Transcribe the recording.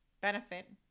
benefit